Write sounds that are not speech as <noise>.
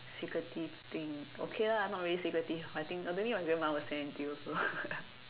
secretive thing okay lah not very secretive I think I don't think my grandma will say anything also <laughs>